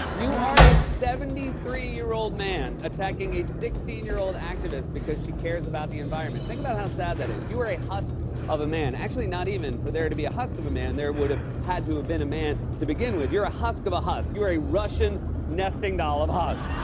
you are a seventy three year old man attacking a sixteen year old activist because she cares about the environment. think about how sad that is. you are a husk of a man. actually, not even. for there to be a husk of a man, there would've had to have been a man to begin with. you're a husk of a husk. you're a russian nesting doll of husks.